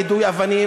יידוי אבנים,